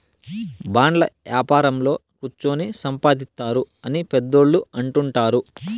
బాండ్ల యాపారంలో కుచ్చోని సంపాదిత్తారు అని పెద్దోళ్ళు అంటుంటారు